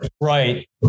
Right